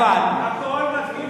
הכול מתחיל ברב שאין לו מאור פנים.